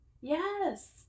Yes